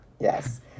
Yes